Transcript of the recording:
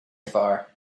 far